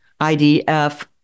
IDF